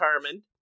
determined